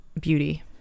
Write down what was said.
beauty